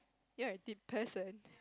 you're a deep person